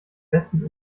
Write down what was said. besten